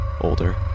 older